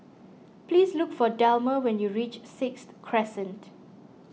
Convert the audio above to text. please look for Delmer when you reach Sixth Crescent